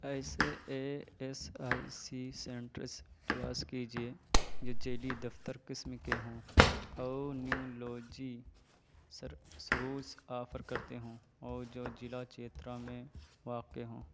ایسے A S I C centres تلاش کیجیے جو ذیلی دفتر قسم کے ہوں اور نیورولوجی سر سروز آفر کرتے ہوں اور جو ضلع چیترا میں واقع ہوں